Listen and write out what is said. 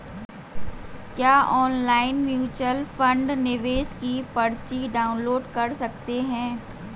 क्या online mutual fund निवेश की पर्ची डाउनलोड कर सकते हैं?